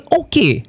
okay